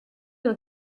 nos